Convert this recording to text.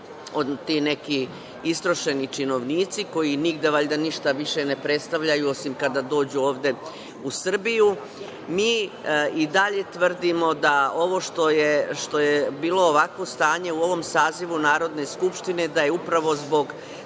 ti neki istrošeni činovnici, koji nigde valjda ništa više ne predstavljaju, osim kada dođu ovde u Srbiju. Mi i dalje tvrdimo da ovo što je bilo ovakvo stanje u ovom sazivu Narodne skupštine da je upravo zbog